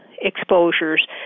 exposures